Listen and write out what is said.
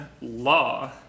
law